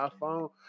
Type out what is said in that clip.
iPhone